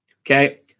Okay